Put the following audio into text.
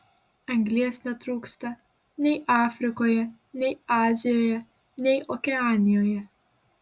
anglies netrūksta nei afrikoje nei azijoje nei okeanijoje